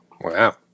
Wow